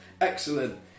Excellent